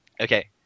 okay